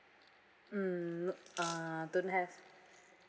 mm uh don't have